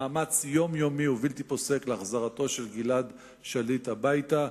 מאמץ יומיומי ובלתי פוסק להחזרתו של גלעד שליט הביתה.